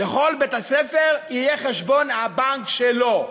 לכל בית-ספר יהיה חשבון הבנק שלו.